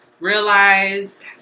realize